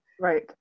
right